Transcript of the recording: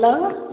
hello